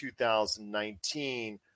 2019